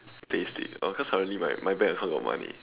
pay slip uh cause currently my my bank account got money